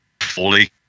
fully